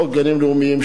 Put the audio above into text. חוק גנים לאומיים,